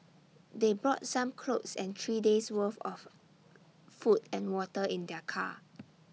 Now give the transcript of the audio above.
they brought some clothes and three days' worth of food and water in their car